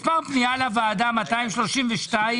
מספר פנייה לוועדה 232